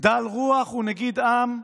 גדל רוח ונגיד עם,